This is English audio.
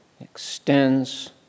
extends